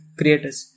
creators